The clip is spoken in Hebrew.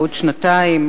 בעוד שנתיים,